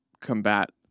combat